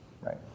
right